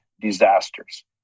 disasters